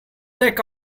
take